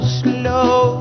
slow